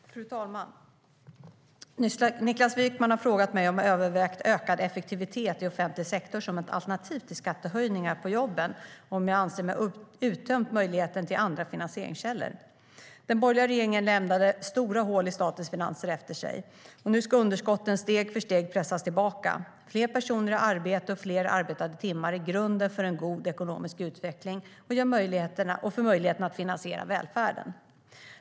Fru talman! Niklas Wykman har frågat mig om jag övervägt ökad effektivitet i offentlig sektor som ett alternativ till skattehöjningar på jobben och om jag anser mig ha uttömt möjligheten till andra finansieringskällor. Den borgerliga regeringen lämnade stora hål i statens finanser efter sig. Nu ska underskotten steg för steg pressas tillbaka. Fler personer i arbete och fler arbetade timmar är grunden för en god ekonomisk utveckling och för möjligheterna att finansiera välfärden.